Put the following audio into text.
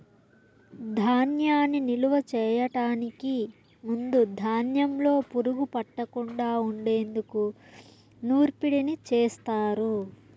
ధాన్యాన్ని నిలువ చేయటానికి ముందు ధాన్యంలో పురుగు పట్టకుండా ఉండేందుకు నూర్పిడిని చేస్తారు